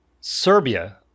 Serbia